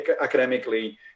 academically